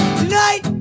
tonight